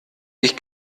ich